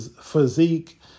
physique